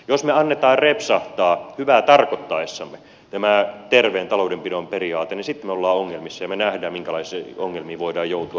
jos me annamme repsahtaa hyvää tarkoittaessamme tämän terveen taloudenpidon periaatteen niin sitten me olemme ongelmissa ja me näemme tuolta etelä euroopasta minkälaisiin ongelmiin voimme joutua